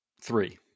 three